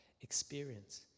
experience